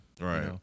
right